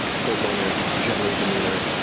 cold, loner general demeanor,